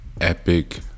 epic